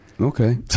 okay